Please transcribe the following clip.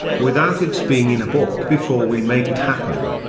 without its being in a book before we make it happen.